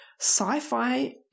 sci-fi